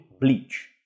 bleach